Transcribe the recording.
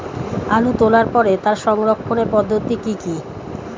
আলু তোলার পরে তার সংরক্ষণের পদ্ধতি কি কি?